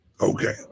Okay